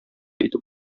итеп